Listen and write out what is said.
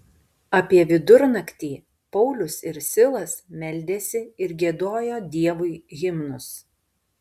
apie vidurnaktį paulius ir silas meldėsi ir giedojo dievui himnus